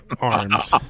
arms